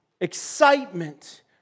excitement